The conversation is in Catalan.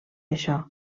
això